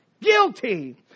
Guilty